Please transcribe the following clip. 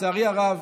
לצערי הרב,